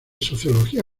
sociología